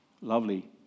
lovely